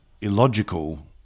illogical